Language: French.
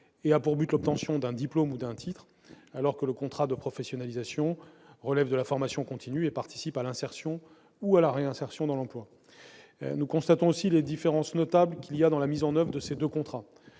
et a pour but l'obtention d'un diplôme ou d'un titre, alors que le contrat de professionnalisation, qui relève de la formation continue, participe à l'insertion ou à la réinsertion dans l'emploi. Nous constatons aussi des différences notables dans la mise en oeuvre de ces deux contrats.